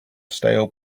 stale